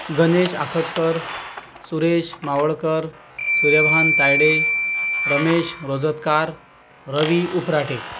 Ganesh Akhatkar Suresh Mavalkar Suryabhan Tayde Ramesh Rojatkar Ravi Uprate